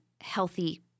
healthy